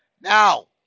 Now